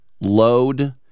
load